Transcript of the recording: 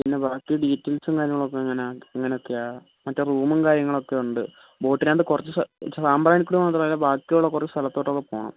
പിന്നെ ബാക്കി ഡീറ്റെയിൽസും കാര്യങ്ങളൊക്കെ എങ്ങനെയാണ് എങ്ങനെയൊക്കെയാണ് മറ്റേ റൂമും കാര്യങ്ങളൊക്കെ ഉണ്ട് ബോട്ടിൽ ആവുമ്പോൾ കുറച്ച് സാമ്പ്രാണിക്കൊടി മാത്രമല്ല ബാക്കി ഉള്ള കുറച്ച് സ്ഥലത്തോട്ടൊക്കെ പോവണം